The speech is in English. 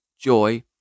joy